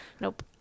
nope